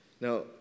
Now